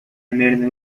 намерена